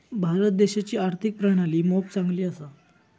भारत देशाची आर्थिक प्रणाली मोप चांगली असा